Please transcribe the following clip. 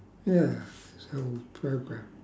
ya this whole programme